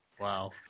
Wow